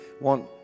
want